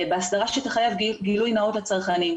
בהסדרה שתחייב גילוי נאות לצרכנים,